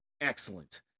excellent